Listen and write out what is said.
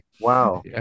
Wow